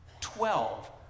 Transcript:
Twelve